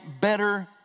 better